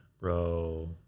Bro